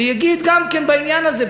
שיגיד גם כן בעניין הזה.